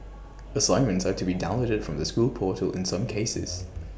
assignments are to be downloaded from the school portal in some cases